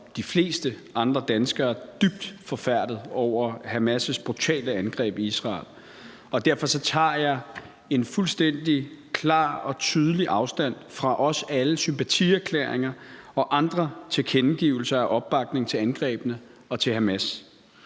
som de fleste andre danskere dybt forfærdet over Hamas' brutale angreb i Israel, og derfor tager jeg også fuldstændig klart og tydeligt afstand fra alle sympatierklæringer og andre tilkendegivelser af opbakning til angrebene og til Hamas.